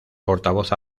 portavoz